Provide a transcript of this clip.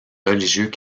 religieux